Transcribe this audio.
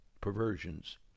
perversions